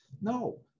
no